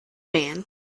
band